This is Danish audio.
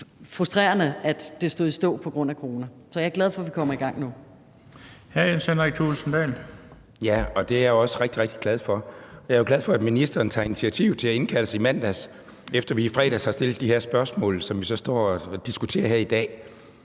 været frustrerende, at det gik i stå på grund af corona. Så jeg er glad for, at vi kommer i gang nu.